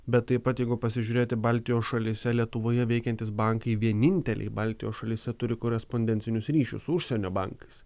bet taip jeigu pasižiūrėti baltijos šalyse lietuvoje veikiantys bankai vieninteliai baltijos šalyse turi korespondencinius ryšius su užsienio bankais